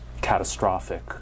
catastrophic